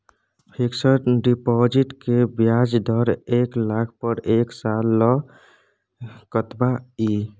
Fixed deposit के ब्याज दर एक लाख पर एक साल ल कतबा इ?